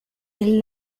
del